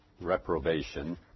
reprobation